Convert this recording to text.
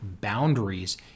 boundaries